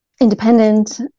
independent